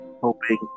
hoping